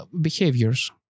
behaviors